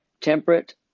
temperate